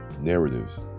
narratives